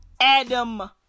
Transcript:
Adam